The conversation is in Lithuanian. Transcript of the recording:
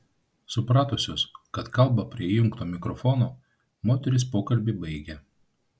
supratusios kad kalba prie įjungto mikrofono moterys pokalbį baigė